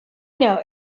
know